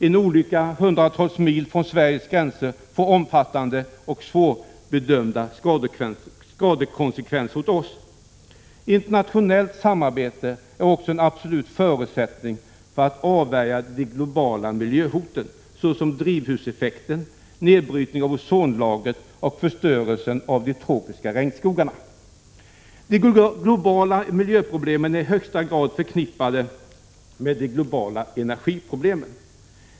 En olycka hundratals mil från Sveriges gränser får omfattande och svårbedömda skadeverkningar hos oss. Internationellt samarbete är också en absolut förutsättning för att man skall kunna avvärja de globala miljöhoten, såsom drivhuseffekten, nedbrytningen av ozonlagret och förstörelsen av de tropiska regnskogarna. De globala miljöproblemen är i högsta grad förknippade med de globala energiproblemen.